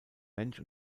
mensch